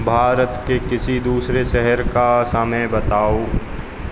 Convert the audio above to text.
भारत के किसी दूसरे शहर का समय बताओ